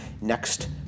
next